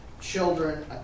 children